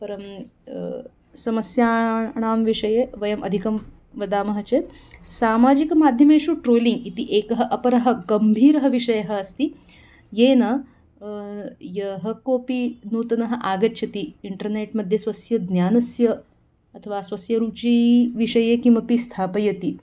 परं समस्याणां विषये वयम् अधिकं वदामः चेत् सामाजिकमाध्यमेषु ट्रोलिङ्ग् इति एकः अपरः गम्भीरः विषयः अस्ति येन यः कोपि नूतनः आगच्छति इण्टर्नेट् मध्ये स्वस्य ज्ञानस्य अथवा स्वस्य रुचिविषये किमपि स्थापयति